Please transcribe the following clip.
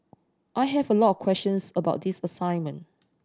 I have a lot of questions about this assignment